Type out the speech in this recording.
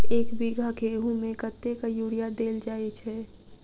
एक बीघा गेंहूँ मे कतेक यूरिया देल जाय छै?